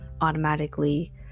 automatically